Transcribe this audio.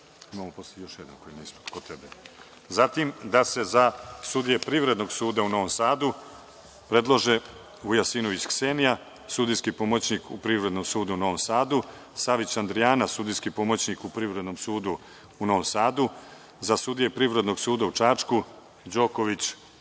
je da se za sudije Privrednog suda u Novom Sadu predlože: Vujasinović Ksenija, sudijski pomoćnik u Privrednom sudu u Novom Sadu, Savić Andrijana, sudijski pomoćnik u Privrednom sudu u Novom Sadu; za sudije Privrednog suda u Čačku: Đoković Biljana,